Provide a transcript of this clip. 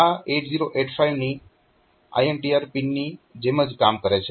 આ 8085 ની INTR પિનની જેમ જ કામ કરે છે